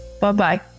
Bye-bye